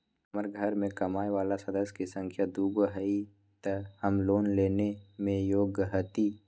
हमार घर मैं कमाए वाला सदस्य की संख्या दुगो हाई त हम लोन लेने में योग्य हती?